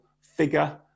figure